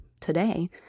today